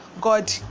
God